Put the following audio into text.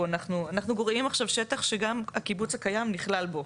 אנחנו גורעים עכשיו שטח שגם הקיבוץ הקיים נכלל בו,